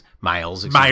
miles